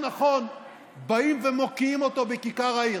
באים ומוקיעים אותו בכיכר העיר,